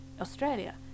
Australia